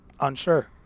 Unsure